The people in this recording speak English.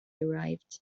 arrived